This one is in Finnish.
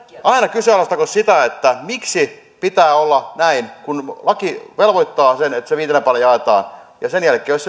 aina kyseenalaistako sitä miksi pitää olla näin kun laki velvoittaa että se viitenä päivänä jaetaan sen jälkeen jos